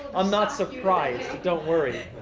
i'm not surprised. don't worry.